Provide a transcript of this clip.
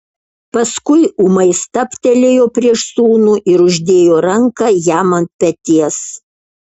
paskui ūmai stabtelėjo prieš sūnų ir uždėjo ranką jam ant peties